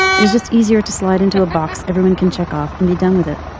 it is just easier to slide into a box. everyone can check off and be done with it.